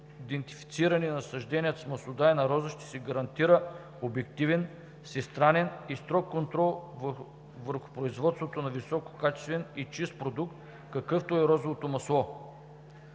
идентифициране на насажденията с маслодайна роза ще се гарантира обективен, всестранен и строг контрол върху производството на висококачествен и чист продукт, какъвто е розовото масло.